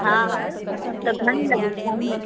हा हा कढण त